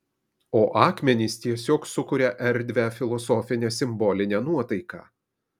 o akmenys tiesiog sukuria erdvią filosofinę simbolinę nuotaiką